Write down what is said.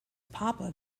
papa